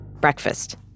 Breakfast